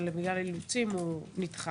אבל בגלל האילוצים הוא נדחה.